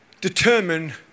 determine